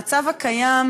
זה לא המצב עד עכשיו?